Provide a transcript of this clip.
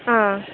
हां